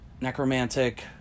Necromantic